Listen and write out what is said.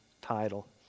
title